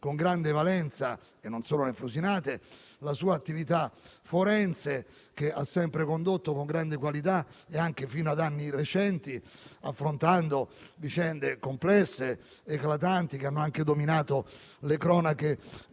con grande valenza (e non sono nel frusinate) la sua attività forense, che ha sempre condotto con grande qualità e, anche fino ad anni recenti, affrontando vicende complesse, eclatanti, che hanno anche dominato le cronache